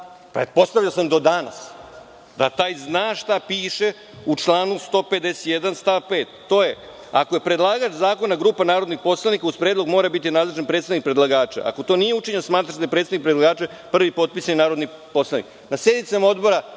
pretpostavio sam do danas, da taj zna šta piše u članu 151. stav 5. a to je – ako je predlagač zakona grupa narodnih poslanika, uz predlog mora biti nadležan predstavnik predlagača, a ako to nije učinjeno, smatra se da je predstavnik predlagača prvi potpisani narodni poslanik. Na